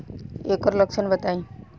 एकर लक्षण बताई?